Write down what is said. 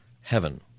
heaven